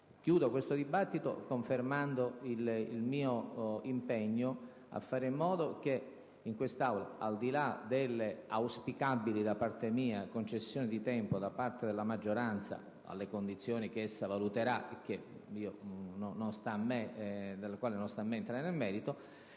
Chiudo questo dibattito confermando il mio impegno a fare in modo che in quest'Aula, al di là delle auspicabili, da parte mia, concessioni di tempo da parte della maggioranza (alle condizioni che essa valuterà e delle quali non sta a me entrare nel merito)